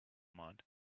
mind